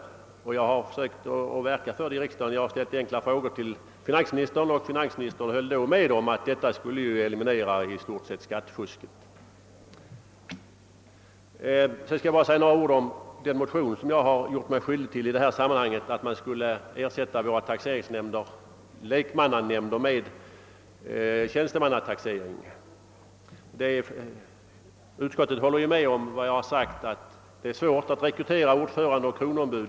Jag har också i riksdagen försökt verka för en sådan reform genom att ställa enkla frågor till finansministern som då höll med om att en sådan i stort sett skulle eliminera skattefusket. Vidare skulle jag vilja säga några ord om den motion som jag lämnat i detta sammanhang och som går ut på att våra taxeringsnämnders lekmannanämnder ersätts med s.k. tjänstemannataxering. Utskottet håller med om att det är svårt att rekrytera ordförande i taxeringsnämnd och kronoombud.